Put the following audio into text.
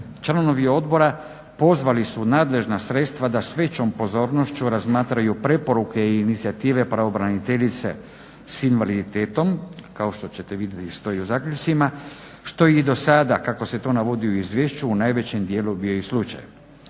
članovi odbora pozvali su nadležna sredstva da s većom pozornošću razmatraju preporuke i inicijative pravobraniteljice s invaliditetom, kao što ćete vidjeti stoji u zaključcima što i do sada kako se to navodi u izvješću u najvećem dijelu bio i slučaj.